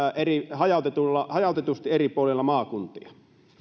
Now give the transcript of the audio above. hajautetusti eri puolilla maakuntia